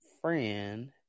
friend